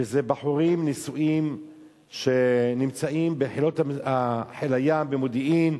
שזה בחורים נשואים שנמצאים בחילות הים והמודיעין.